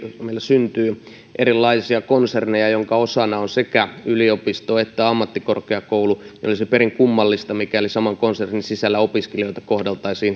syntyy erilaisia konserneja joiden osana on sekä yliopisto että ammattikorkeakoulu olisi perin kummallista mikäli saman konsernin sisällä opiskelijoita kohdeltaisiin